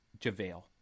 JaVale